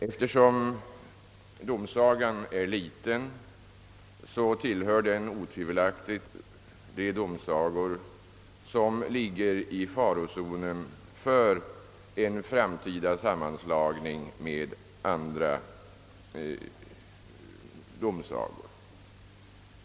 Eftersom domsagan är liten, tillhör den otvivelaktigt de domsagor som ligger i farozonen för en framtida sammanslagning med andra domsagor.